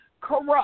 corrupt